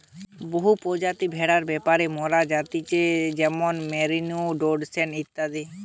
বহু প্রজাতির ভেড়ার ব্যাপারে মোরা জানতেছি যেরোম মেরিনো, ডোরসেট ইত্যাদি